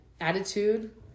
attitude